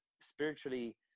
spiritually